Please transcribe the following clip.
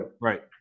Right